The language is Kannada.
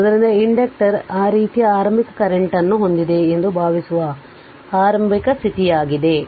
ಆದ್ದರಿಂದ ಇಂಡಕ್ಟರ್ ಈ ರೀತಿಯ ಆರಂಭಿಕ ಕರೆಂಟ್ವನ್ನು ಹೊಂದಿದೆ ಎಂದು ಭಾವಿಸುವ ಆರಂಭಿಕ ಸ್ಥಿತಿಯಾಗಿದೆ